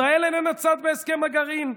ישראל איננה צד בהסכם הגרעין.